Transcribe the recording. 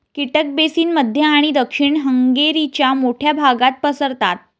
कीटक बेसिन मध्य आणि दक्षिण हंगेरीच्या मोठ्या भागात पसरतात